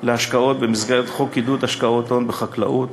להשקעות במסגרת חוק עידוד השקעות הון בחקלאות,